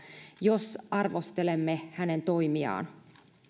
jos arvostelemme hänen toimiaan